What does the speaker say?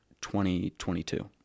2022